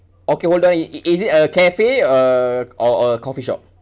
okay hold on i~ i~ is it a cafe uh or a coffeeshop